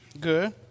Good